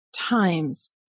times